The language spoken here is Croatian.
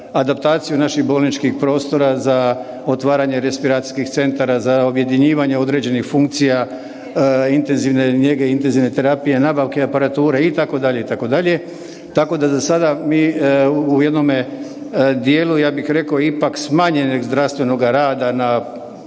adaptaciju naših bolničkih prostora, za otvaranje respiracijskih centara, za objedinjivanje određenih funkcija intenzivne njege, intenzivne terapije, nabavke aparature itd., itd., tako da za sada mi u jednome dijelu ja bih rekao ipak smanjenoga zdravstvenoga rada na